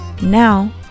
Now